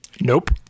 nope